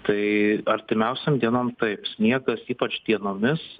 tai artimiausiom dienom taip niekas ypač dienomis